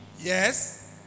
Yes